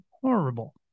horrible